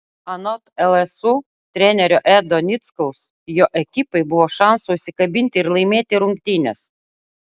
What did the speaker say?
anot lsu trenerio edo nickaus jo ekipai buvo šansų užsikabinti ir laimėti rungtynes